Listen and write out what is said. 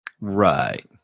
Right